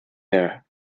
air